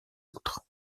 autres